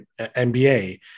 MBA